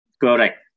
Correct